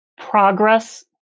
progress